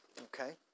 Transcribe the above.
okay